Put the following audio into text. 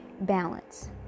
Balance